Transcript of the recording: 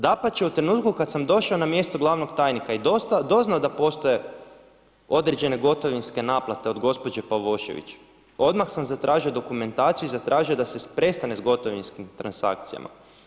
Dapače, u trenutku kada sam došao na mjestu glavnog tajniku i doznao da postoje određene gotovinske naplate od gđe. Pavošević, odmah sam zatražio dokumentaciju i zatražio da se prestane s gotovinskim transakcijama.